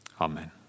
Amen